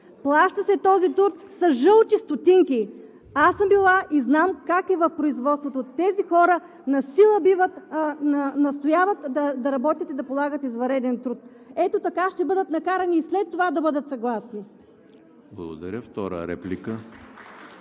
Плаща се този труд с жълти стотинки! Аз съм била и знам как е в производството. Тези хора насила биват – настояват да работят и да полагат извънреден труд. Ето така ще бъдат накарани и след това да бъдат съгласни. (Ръкопляскания